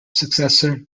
successor